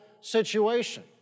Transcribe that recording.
situation